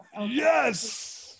Yes